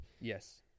yes